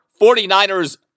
49ers